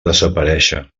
desaparèixer